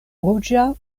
ruĝa